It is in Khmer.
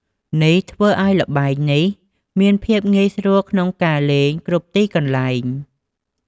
នេះធ្វើឱ្យល្បែងនេះមានភាពងាយស្រួលក្នុងការលេងគ្រប់ទីកន្លែង។